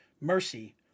Mercy